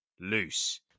Loose